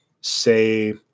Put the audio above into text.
say